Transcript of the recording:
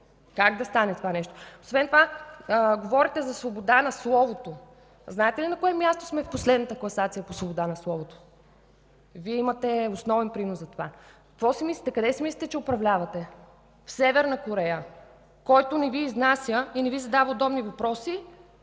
Как да стане това нещо? Освен това, говорите за свобода на словото. Знаете ли на кое място сме в последната класация по свобода на словото? Вие имате основен принос за това. Какво си мислите? Къде си мислите, че управлявате? В Северна Корея ли – който не Ви изнася и не Ви задава удобни въпроси,